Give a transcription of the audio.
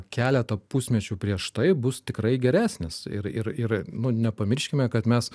keletą pusmečių prieš tai bus tikrai geresnis ir ir ir nu nepamirškime kad mes